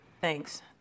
Thanks